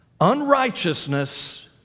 Unrighteousness